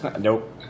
Nope